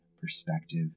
perspective